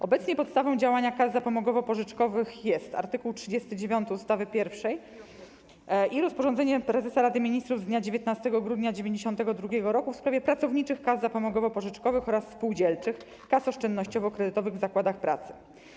Obecnie podstawą działania kas zapomogowo-pożyczkowych jest art. 39 ustawy pierwszej i rozporządzenie prezesa Rady Ministrów z dnia 19 grudnia 1992 r. w sprawie pracowniczych kas zapomogowo-pożyczkowych oraz spółdzielczych kas oszczędnościowo-kredytowych w zakładach pracy.